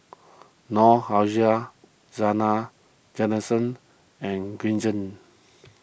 Noor Aishah Zena Tessensohn and Green Zeng